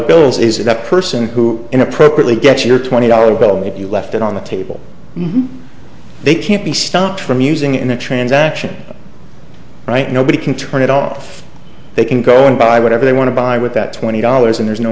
bills is it a person who inappropriately gets your twenty dollars bill and if you left it on the table they can't be stopped from using it in a transaction right nobody can turn it off they can go and buy whatever they want to buy with that twenty dollars and there's no